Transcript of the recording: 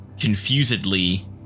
confusedly